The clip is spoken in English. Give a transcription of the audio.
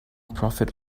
profit